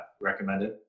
recommended